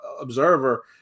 observer